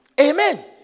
Amen